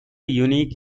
unique